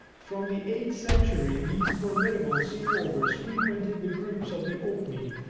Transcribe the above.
from the eighth century, these formidable sea-rovers frequented the groups of the orkney,